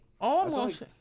almost-